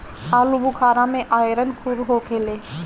आलूबुखारा में आयरन खूब होखेला